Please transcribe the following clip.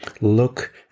look